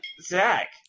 Zach